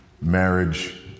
marriage